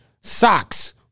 socks